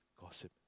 gossip